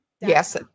Yes